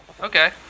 Okay